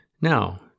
Now